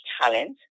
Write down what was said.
talent